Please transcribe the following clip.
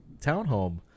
townhome